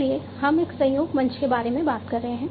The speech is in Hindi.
इसलिए हम एक सहयोग मंच के बारे में बात कर रहे हैं